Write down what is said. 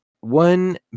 one